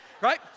right